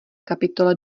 kapitole